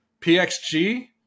PXG